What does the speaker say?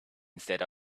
instead